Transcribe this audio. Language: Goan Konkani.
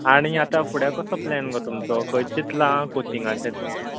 आनी आतां फुडें कसो प्लेन गो तुमचो खंय चिंतलां कॉचिंगाचें तुवें